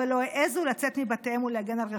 אבל לא העזו לצאת מבתיהם ולהגן על רכושם.